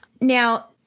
Now